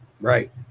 Right